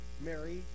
Mary